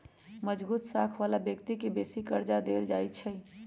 मजगुत साख बला व्यक्ति के बेशी कर्जा देल जाइ छइ